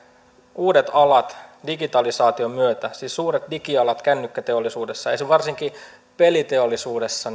uudet alat digitalisaation myötä siis suuret digialat kännykkäteollisuudessa ja varsinkin peliteollisuudessa